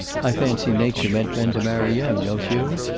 i fancy nature meant men to marry young, don't you?